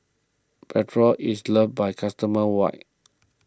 Nepro is loved by customers wide